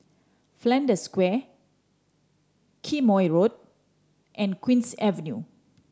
Flanders Square Quemoy Road and Queen's Avenue